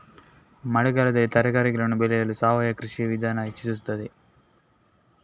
ಮಳೆಗಾಲದಲ್ಲಿ ತರಕಾರಿಗಳನ್ನು ಬೆಳೆಯಲು ಸಾವಯವ ಕೃಷಿಯ ವಿಧಾನ ಹೆಚ್ಚಿಸುತ್ತದೆ?